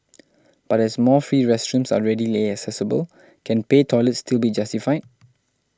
but as more free restrooms are readily accessible can pay toilets still be justified